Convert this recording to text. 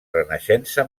renaixença